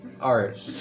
art